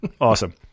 Awesome